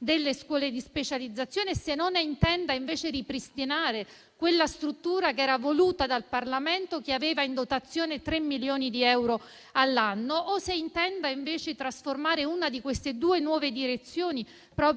delle scuole di specializzazione, se non si intenda invece ripristinare quella struttura che era voluta dal Parlamento e che aveva in dotazione 3 milioni di euro all'anno, o se si intenda invece trasformare una di queste due nuove direzioni